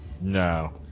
No